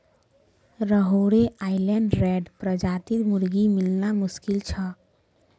Rhode Island Red प्रजातिर मुर्गी मिलना मुश्किल छ